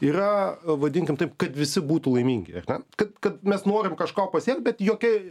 yra vadinkim taip kad visi būtų laimingi kad kad mes norim kažko pasiekt bet jokė